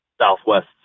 Southwest